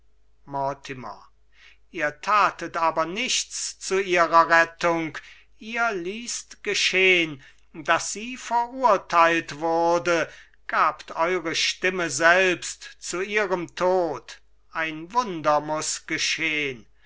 ihr tatet aber nichts zu ihrer rettung ihr ließt geschehn daß sie verurteilt wurde gabt eure stimme selbst zu ihrem tod ein wunder muß geschehn